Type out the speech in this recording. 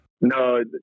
No